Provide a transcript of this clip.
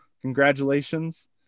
congratulations